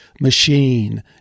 machine